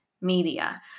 media